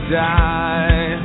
die